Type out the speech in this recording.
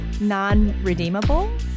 non-redeemable